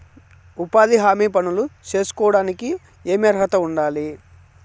ఉపాధి హామీ పనులు సేసుకోవడానికి ఏమి అర్హత ఉండాలి?